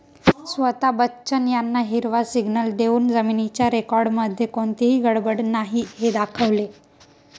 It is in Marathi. स्वता बच्चन यांना हिरवा सिग्नल देऊन जमिनीच्या रेकॉर्डमध्ये कोणतीही गडबड नाही हे दाखवले